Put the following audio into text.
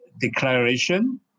declaration